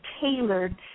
tailored